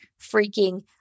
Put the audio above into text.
freaking